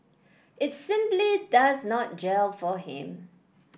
it simply does not gel for him